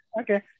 okay